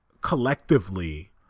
collectively